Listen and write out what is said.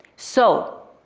so